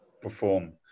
perform